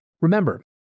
Remember